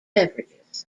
beverages